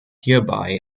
hierbei